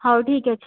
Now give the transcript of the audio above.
ହଉ ଠିକ୍ ଅଛି